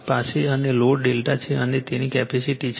પાસે અને load delta છે પછી તેની કેપેસીટી છે